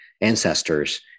ancestors